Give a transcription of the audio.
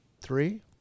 three